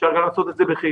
אפשר גם לעשות את זה בחיפה.